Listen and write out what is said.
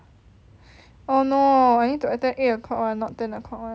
oh no I need to attend eight o'clock [one] not ten o'clock [one]